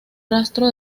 rastro